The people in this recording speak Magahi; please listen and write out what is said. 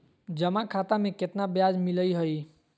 जमा खाता में केतना ब्याज मिलई हई?